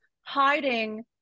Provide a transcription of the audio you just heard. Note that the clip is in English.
hiding